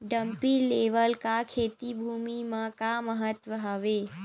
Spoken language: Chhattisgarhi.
डंपी लेवल का खेती भुमि म का महत्व हावे?